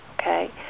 okay